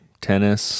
tennis